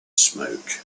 smoke